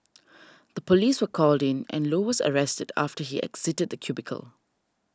the police were called in and low was arrested after he exited the cubicle